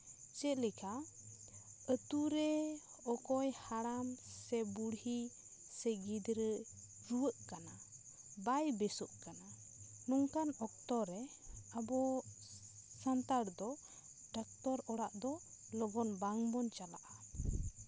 ᱪᱮᱫ ᱞᱮᱠᱟ ᱟᱛᱳᱨᱮ ᱚᱠᱚᱭ ᱦᱟᱲᱟᱢ ᱥᱮ ᱵᱩᱲᱦᱤ ᱥᱮ ᱜᱤᱫᱽᱨᱟᱹ ᱨᱩᱣᱟᱹᱜ ᱠᱟᱱᱟ ᱵᱟᱭ ᱵᱮᱥᱚᱜ ᱠᱟᱱᱟ ᱱᱚᱝᱠᱟᱱ ᱚᱠᱛᱚᱨᱮ ᱟᱵᱚ ᱥᱟᱱᱛᱟᱲ ᱫᱚ ᱰᱟᱠᱛᱚᱨ ᱚᱲᱟᱜ ᱫᱚ ᱞᱚᱜᱚᱱ ᱵᱟᱝ ᱵᱚᱱ ᱪᱟᱞᱟᱜᱼᱟ